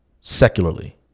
secularly